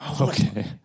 Okay